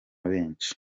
benshi